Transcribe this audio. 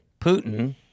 Putin